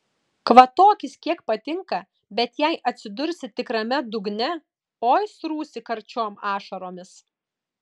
kvatokis kiek patinka bet jei atsidursi tikrame dugne oi srūsi karčiom ašaromis